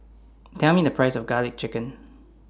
Tell Me The Price of Garlic Chicken